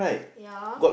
ya